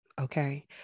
Okay